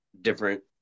different